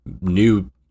new